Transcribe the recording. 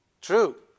True